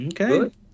Okay